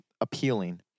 appealing